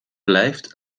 blijft